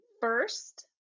First